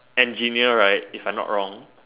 engineer right if I'm not wrong